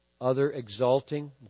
other-exalting